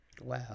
Wow